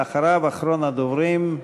ואחריו, אחרון הדוברים,